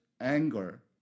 anger